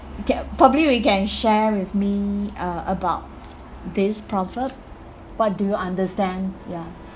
ca~ probably we can share with me uh about this proverb what do you understand ya